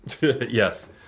Yes